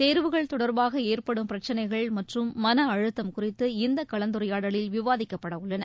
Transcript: தேர்வுகள் தொடர்பாக ஏற்படும் பிரச்சனைகள் மற்றும் மன அழுத்தம் குறித்து இந்த கலந்துரையாடலில் விவாதிக்கப்பட உள்ளன